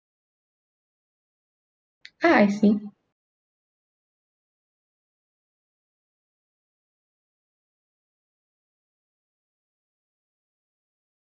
ah I see